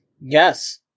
Yes